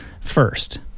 first